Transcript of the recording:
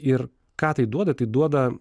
ir ką tai duoda tai duoda